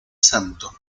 santo